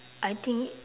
I think